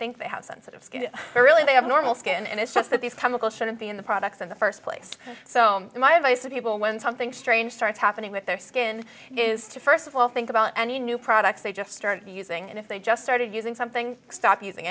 think they have sensitive skin really they have normal skin and it's just that these chemical shouldn't be in the products in the first place so my advice to people when something strange starts happening with their skin is to first of all think about any new products they just start using and if they just started using something stop using